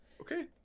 okay